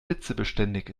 hitzebeständig